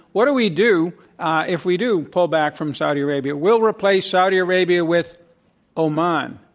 what do we do if we do pull back from saudi arabia. we'll replace saudi arabia with oman.